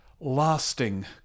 lasting